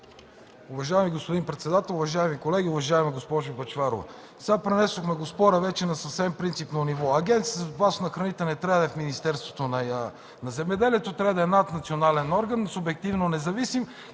Уважаеми господин председател, уважаеми колеги, уважаема госпожо Бъчварова! Пренесохме спора вече на съвсем принципно ниво. Агенцията по безопасност на храните не трябва да е в Министерството на земеделието и храните, трябва да е над национален орган, субективно независим.